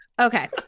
Okay